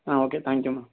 ah okay thank you ma'am